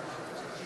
נא